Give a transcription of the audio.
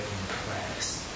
impressed